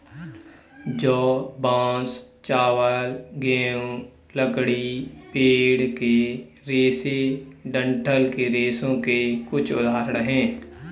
जौ, बांस, चावल, गेहूं, लकड़ी, पेड़ के रेशे डंठल के रेशों के कुछ उदाहरण हैं